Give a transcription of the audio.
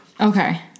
Okay